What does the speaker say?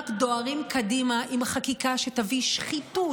רק דוהרים קדימה עם החקיקה שתביא שחיתות,